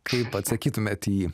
kaip atsakytumėt į jį